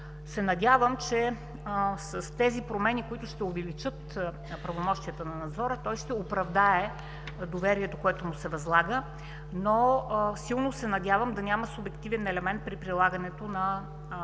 се надявам, че с тези промени, които ще увеличат правомощията на надзора, той ще оправдае доверието, което му се възлага. Силно се надявам да няма субективен елемент при прилагането на различните